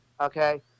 Okay